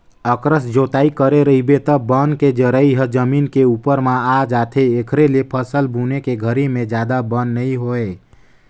अकरस जोतई करे रहिबे त बन के जरई ह जमीन के उप्पर म आ जाथे, एखरे ले फसल बुने के घरी में जादा बन नइ होय